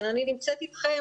אני נמצאת אתכם,